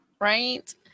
Right